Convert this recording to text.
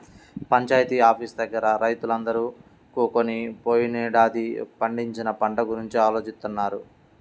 panchayat office దగ్గర రైతులందరూ కూకొని పోయినేడాది పండించిన పంట గురించి ఆలోచిత్తన్నారు